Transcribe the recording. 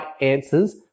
answers